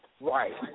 Right